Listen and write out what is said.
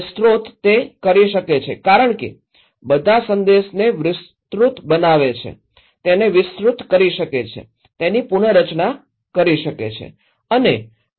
અને સ્રોત તે કરી શકે છે કારણ કે તે બધા સંદેશને વિસ્તૃત બનાવે છે તેને વિસ્તૃત કરી શકે છે તેની પુનરચના કરી શકે છે અને તેનું વિઘટન પણ કરી શકે છે